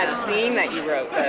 that scene that you wrote,